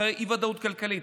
אחרי אי-ודאות כלכלית,